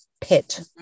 pet